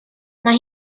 mae